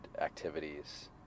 activities